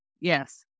Yes